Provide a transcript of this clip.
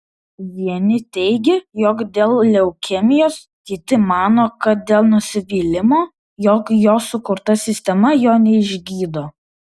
vieni teigia jog dėl leukemijos kiti mano kad dėl nusivylimo jog jo sukurta sistema jo neišgydo